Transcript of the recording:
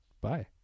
bye